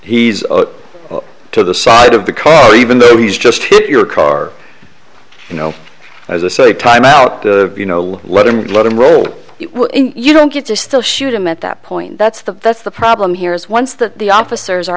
he's on to the side of the car even though he's just hit your car you know as i say timeout you know let him go let him roll you don't get to still shoot him at that point that's the that's the problem here is once that the officers are